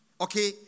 okay